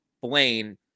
Blaine